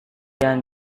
yang